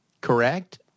correct